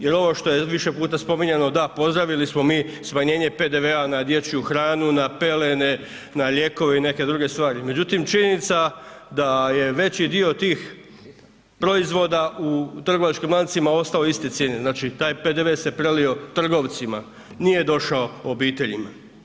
Jer ovo što je više puta spominjano, da pozdravili smo mi smanjenje PDV-a na dječju hranu, na pelene, na lijekove i neke druge stvari, međutim činjenica da je veći dio tih proizvoda u trgovačkim lancima ostavio iste cijene, znači taj PDV se prelio trgovcima, nije došao obiteljima.